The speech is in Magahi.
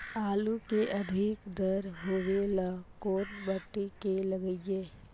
आलू के अधिक दर होवे ला कोन मट्टी में लगीईऐ?